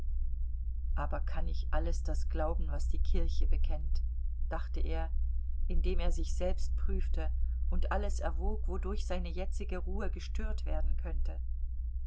aber kann ich alles das glauben was die kirche bekennt dachte er indem er sich selbst prüfte und alles erwog wodurch seine jetzige ruhe gestört werden könnte